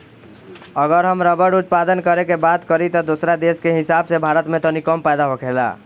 अगर हम रबड़ उत्पादन करे के बात करी त दोसरा देश के हिसाब से भारत में तनी कम पैदा होखेला